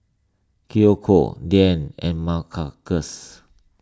Kiyoko Diann and